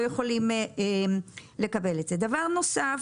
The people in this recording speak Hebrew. דבר נוסף,